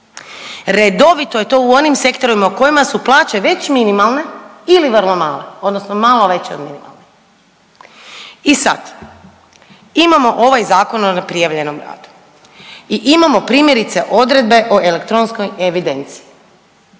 Redovito je to u onim sektorima u kojima su plaće već minimalne ili vrlo male odnosno malo veće od minimalne. I sad imamo ovaj Zakon o neprijavljenom radu i imamo primjerice odredbe o elektronskoj evidenciji.